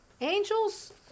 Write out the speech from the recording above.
Angels